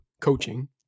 coaching